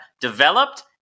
developed